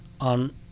on